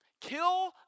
kill